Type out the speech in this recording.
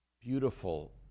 beautiful